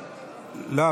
לא,